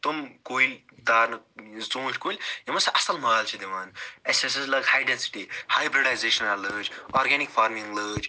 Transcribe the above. تِم کُلۍ تارنہِ ژوٗنٛٹھۍ کُلۍ یِم ہسا اصٕل مال چھِ دِوان اسہِ ہسا لٲگۍ ہاے ڈیٚنسِٹی ہاے برٛڈایزیش لٲجۍ اورگینِک فارمِنٛگ لٲجۍ